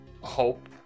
hope